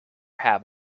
have